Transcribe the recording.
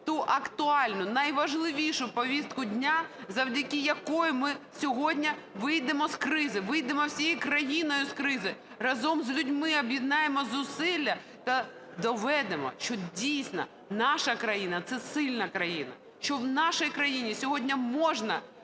ту актуальну найважливішу повістку дня, завдяки якій ми сьогодні вийдемо з кризи, вийдемо всією країною з кризи, разом з людьми об'єднаємо зусилля та доведемо, що дійсно наша країна – це сильна країна, що в нашій країні сьогодні можна